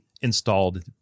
installed